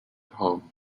home